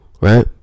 right